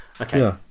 Okay